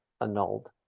annulled